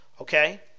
Okay